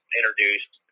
introduced